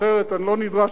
אני לא נדרש עכשיו,